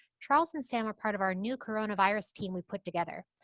charles and sam are part of our new coronavirus team we put together.